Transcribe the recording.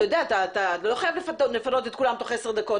אתה לא חייב לפנות את כולן תוך 10 דקות,